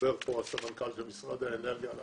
דיבר סמנכ"ל משרד האנרגיה על